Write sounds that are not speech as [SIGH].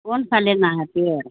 کون سالینا ہے [UNINTELLIGIBLE]